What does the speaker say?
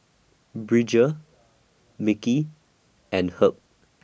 Bridger Mickie and Herb